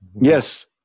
yes